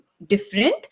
different